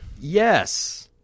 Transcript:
yes